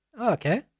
Okay